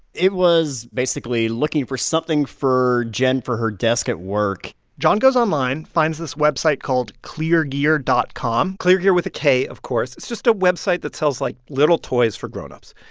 it was basically looking for something for jen for her desk at work john goes online, finds this website called kleargear dot com kleargear with a k, of course. it's just a website that sells, like, little toys for grown-ups.